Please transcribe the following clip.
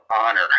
Honor